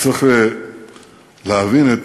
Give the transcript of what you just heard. צריך להבין את